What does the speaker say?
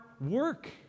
work